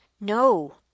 no